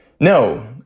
No